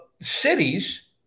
cities